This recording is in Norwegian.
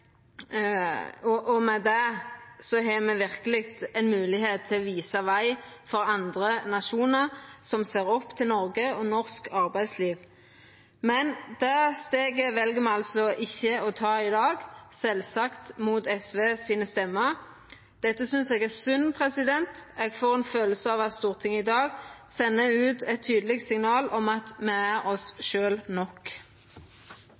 verkeleg moglegheit til å visa veg for andre nasjonar som ser opp til Noreg og norsk arbeidsliv. Men det steget vel ein altså ikkje å ta i dag, sjølvsagt mot SVs røyster. Dette synest eg er synd. Eg får ei kjensle av at Stortinget i dag sender ut eit tydeleg signal om at me er oss